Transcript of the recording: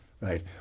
Right